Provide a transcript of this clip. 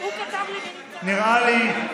נראה לי,